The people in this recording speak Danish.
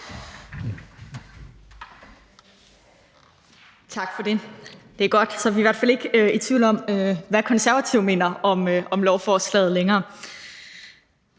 Tak for det. Det er godt. Så er vi i hvert fald ikke længere i tvivl om, hvad Konservative mener om lovforslaget. Det er